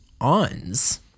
ons